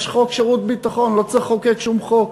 יש חוק שירות ביטחון, לא צריך לחוקק שום חוק.